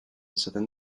izaten